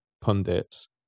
pundits